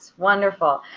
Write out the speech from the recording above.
wonderful.